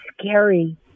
scary